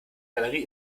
galerie